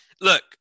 Look